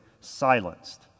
silenced